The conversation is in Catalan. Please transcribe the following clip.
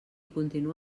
continua